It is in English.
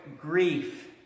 grief